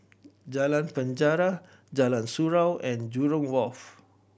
Jalan Penjara Jalan Surau and Jurong Wharf